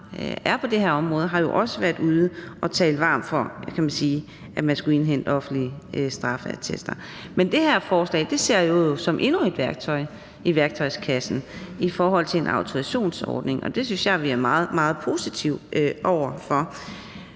på det her område, jo også har været ude at tale varmt for, at man skulle indhente offentlige straffeattester. Det her forslag ser jeg som endnu et værktøj i værktøjskassen i forhold til en autorisationsordning, og det er vi meget, meget positive over for.